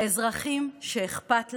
אזרחים שאכפת להם,